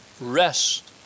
rest